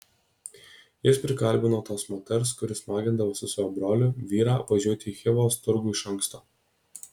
jis prikalbino tos moters kuri smagindavosi su jo broliu vyrą važiuoti į chivos turgų iš anksto